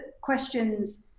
questions